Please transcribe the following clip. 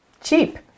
cheap